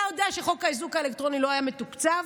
אתה יודע שחוק האיזוק האלקטרוני לא היה מתוקצב?